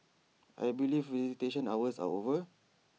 I believe visitation hours are over